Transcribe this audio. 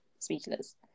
speechless